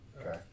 Okay